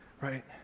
Right